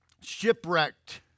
shipwrecked